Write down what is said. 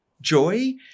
joy